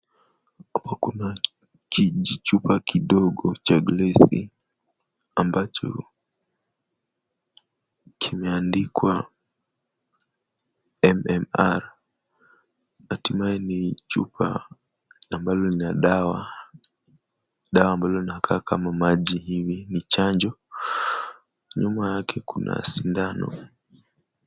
Huku kuna kijichupa kidogo cha glesi ambacho kimeandikwa, M.M.R, 39 E.Chupa ambalo lina dawa. Dawa ambalo linakaa kama maji hivi ni chanjo, nyuma yake kuna sindano.